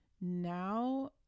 now